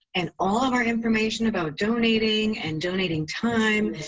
and all of our information about donating and donating time,